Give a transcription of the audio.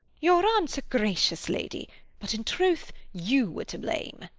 your aunt's a gracious lady but in troth you were to blame.